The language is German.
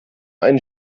ein